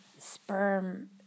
sperm